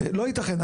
לא ייתכן,